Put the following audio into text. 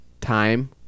time